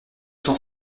cent